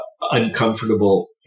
uncomfortable